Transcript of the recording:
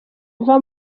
ibiva